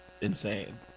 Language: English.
insane